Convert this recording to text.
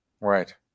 Right